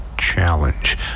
Challenge